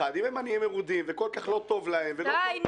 אם הם עניים מרודים וכל כך לא טוב להם --- די,